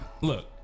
Look